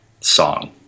song